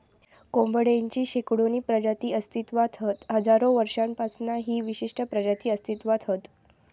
कोंबडेची शेकडोनी प्रजाती अस्तित्त्वात हत हजारो वर्षांपासना ही विशिष्ट प्रजाती अस्तित्त्वात हत